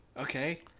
okay